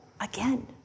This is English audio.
again